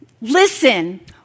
Listen